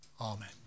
Amen